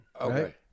Okay